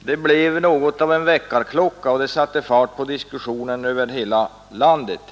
blev något av en väckarklocka och satte fart på diskussionen över hela landet.